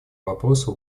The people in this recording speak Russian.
вопросу